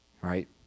right